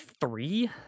three